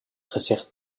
gezegd